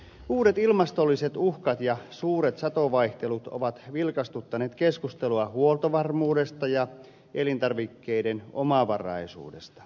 uudet ilmastolliset uhkat ja suuret satovaihtelut ovat vilkastuttaneet keskustelua huoltovarmuudesta ja elintarvikkeiden omavaraisuudesta